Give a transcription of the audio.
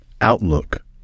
outlook